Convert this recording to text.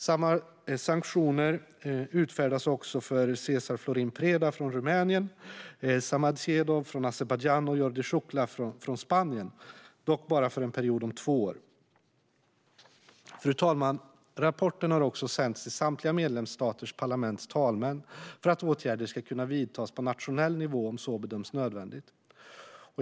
Samma sanktioner utfärdas också för Cezar Florin Preda från Rumänien, Samad Seyidov från Azerbajdzjan och Jordi Xuclà från Spanien - dock bara för en period om två år. Fru talman! Rapporten har också sänts till samtliga medlemsstaters parlaments talmän för att åtgärder ska kunna vidtas på nationell nivå om så bedöms nödvändigt.